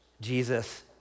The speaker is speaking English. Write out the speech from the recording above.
Jesus